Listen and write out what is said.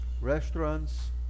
restaurants